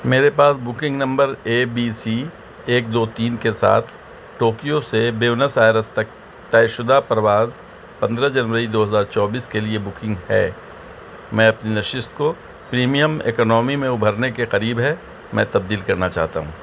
میرے پاس booking number A B C ایک دو تین کے ساتھ ٹوکیو سے بیونس آئرس تک طے شدہ پرواز پندرہ جنوری دو ہزار چوبیس کے لیے بکنگ ہے میں اپنی نشست کو پریمیم اکانومی میں ابھرنے کے قریب ہے میں تبدیل کرنا چاہتا ہوں